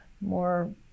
more